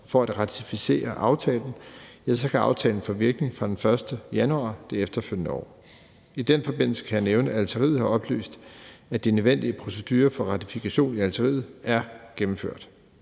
for at ratificere aftalen, kan aftalen få virkning fra den 1. januar det efterfølgende år. I den forbindelse kan jeg nævne, at Algeriet har oplyst, at de nødvendige procedurer for ratifikation i Algeriet er gennemført.